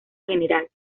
general